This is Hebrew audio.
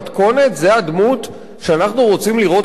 זו הדמות שאנחנו רוצים לראות לגוף הזה?